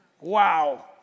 Wow